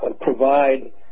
provide